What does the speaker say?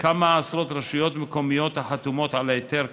כמה עשרות רשויות מקומיות החתומות על היתר כאמור.